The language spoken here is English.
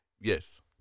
Yes